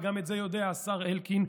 וגם את זה יודע השר אלקין,